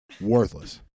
Worthless